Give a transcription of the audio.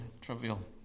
trivial